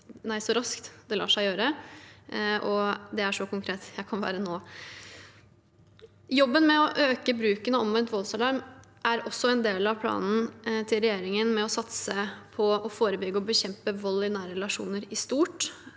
så raskt det lar seg gjøre. Det er så konkret jeg kan være nå. Jobben med å øke bruken av omvendt voldsalarm er også en del av planen til regjeringen om å satse på å forebygge og bekjempe vold i nære relasjoner i stort.